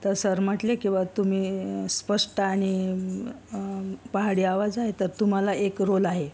तर सर म्हटले की बा तुम्ही स्पष्ट आणि पहाडी आवाज आहे तर तुम्हाला एक रोल आहे